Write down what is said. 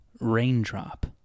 Raindrop